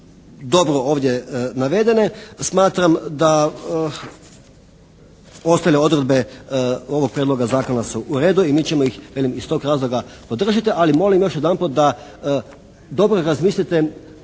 dobro ovdje navedene smatram da ostale odredbe ovog prijedloga zakona su u redu i mi ćemo ih velim iz tog razloga podržati. Ali molim još jedanput da dobro razmislite,